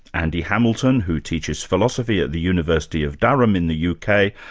andy hamilton, who teaches philosophy at the university of durham in the u. k,